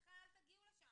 בכלל אל תגיעו לשם,